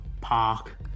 Park